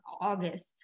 August